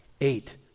Eight